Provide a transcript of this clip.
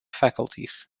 faculties